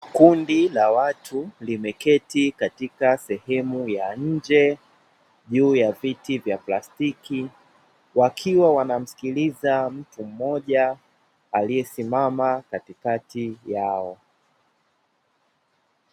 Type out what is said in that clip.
Kundi la watu limeketi katika sehemu ya nje juu ya viti vya plastiki, wakiwa wanamsikiliza mtu mmoja aliyesimama katikati yao.